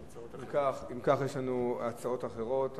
אם כך, יש לנו הצעות אחרות.